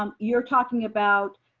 and you're talking about,